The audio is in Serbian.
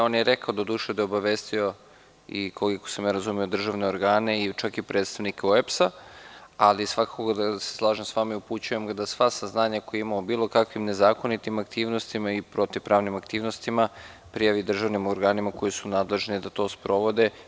Doduše, rekao je da je obavestio koliko sam razumeo i državne organe, čak i predstavnike OEPS-a. svakako da se slažem sa vama i upućujem ga da sva saznanja koja ima o bilo kakvim nezakonitim aktivnostima i protivpravnim aktivnostima, da prijavi državnim organima koji su nadležni da to sprovode.